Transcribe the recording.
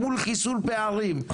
מול חיסול פערים,